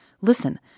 Listen